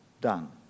done